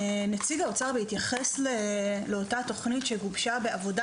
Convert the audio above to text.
נציג האוצר התייחס לאותה תוכנית שהוגשה בעבודה